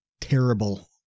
terrible